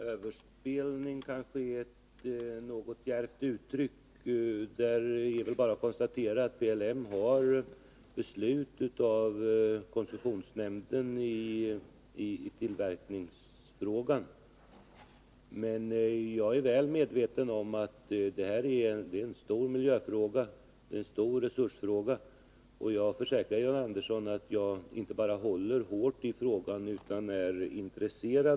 Tre dagstidningar har under den senaste treårsperioden haft ekonomiskt bidrag via Allmänna arvsfonden för en försöksutgivning av taltidning. Denna försöksperiod lider nu mot sitt slut. De synskadades riksförbund har utrett frågan om de synskadades möjligheter att läsa taltidning, och det skulle kosta ca 75 milj.kr. att uppnå en fullständig taltidningstäckning i Sverige.